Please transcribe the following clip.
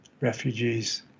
refugees